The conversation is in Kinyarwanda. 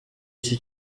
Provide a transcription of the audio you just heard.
iki